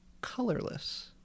colorless